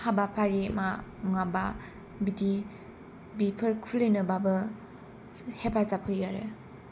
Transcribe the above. हाबाफारि मा माबा बिदि बेफोर खुलिनो बाबो हेफाजाब होयो आरो